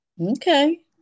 Okay